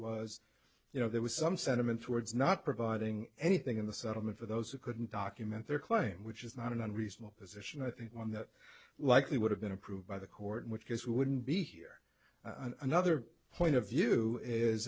was you know there was some sentiment towards not providing anything in the settlement for those who couldn't document their claim which is not an unreasonable position i think on that likely would have been approved by the court in which case we wouldn't be here another point of view